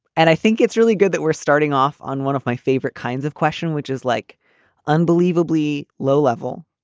and i think it's really good that we're starting off on one of my favorite kinds of question, which is like unbelievably low level.